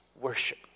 worship